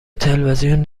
تلویزیون